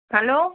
hello